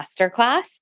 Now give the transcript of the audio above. masterclass